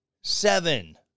seven